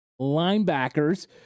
linebackers